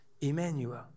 Emmanuel